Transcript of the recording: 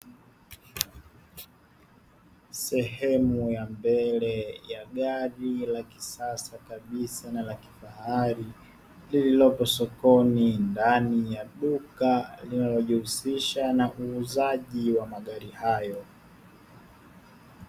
Sehemu ya mbele ya gari la kisasa kabisa na la kifahari lililopo sokoni ndani ya duka linalojihusisha na uuzaji wa magari hayo.